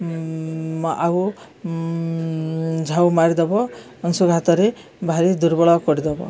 ଆଉ ଝାଉଁ ମାରିଦବ ଅଂଶୁଘାତରେ ଭାରି ଦୁର୍ବଳ କରିଦବ